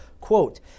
Quote